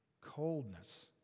Coldness